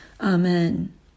Amen